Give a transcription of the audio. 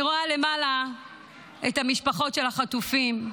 אני רואה למעלה את המשפחות של החטופים.